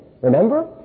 Remember